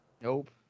Nope